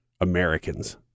Americans